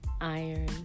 iron